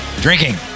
drinking